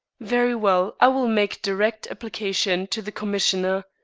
very well, i will make direct application to the commissioner.